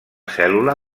cèl·lula